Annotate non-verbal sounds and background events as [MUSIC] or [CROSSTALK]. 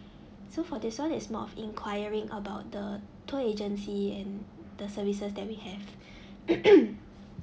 [BREATH] so for this one is more of inquiring about the tour agency and the services that we have [BREATH] [COUGHS]